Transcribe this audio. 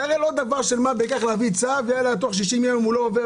זה לא דבר של מה בכך להביא לפה צו שתוך 60 ימים יעבור.